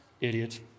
idiot